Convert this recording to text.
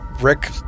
Rick